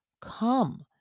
come